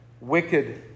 wicked